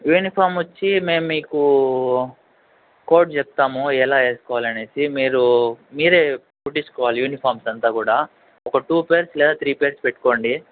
uniform వచ్చి మేము మీకు కోడ్ చెప్తాము ఎలా వేసుకోవాలి అని మీరు మీరే కుట్టించుకోవాలి యూనిఫార్మ్స్ అంతా కూడా ఒక టూ పెయిర్స్ లేదా త్రీ పెయిర్స్ పెట్టుకోండి